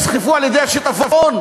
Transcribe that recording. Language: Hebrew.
נסחפו על-ידי השיטפון,